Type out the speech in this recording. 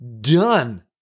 Done